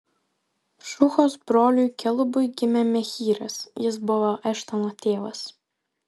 šuhos broliui kelubui gimė mehyras jis buvo eštono tėvas